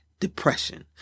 Depression